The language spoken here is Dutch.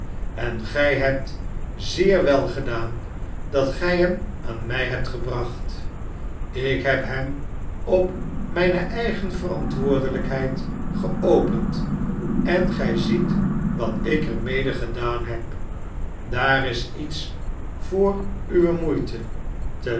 sen gij hebt zeer wel gedaan dat gij hem aan mij hebt gebracht ik heb hem op mijne eigene verantwoordelijkheid geopend en gij ziet wat ik er mede gedaan heb daar is iets voor uwe moeite